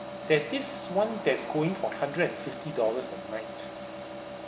there's this one that's going for hundred and fifty dollars a night